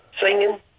singing